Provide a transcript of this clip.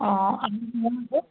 অঁ